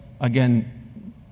again